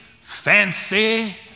fancy